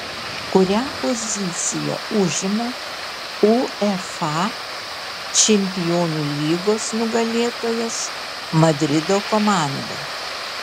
kurią poziciją užima uefa čempionų lygos nugalėtojas madrido komanda